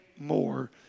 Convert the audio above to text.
more